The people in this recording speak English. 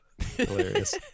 Hilarious